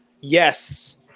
yes